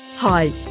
Hi